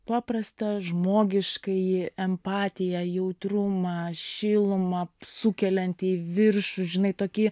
paprastą žmogiškąjį empatiją jautrumą šilumą sukelianti į viršų žinai tokį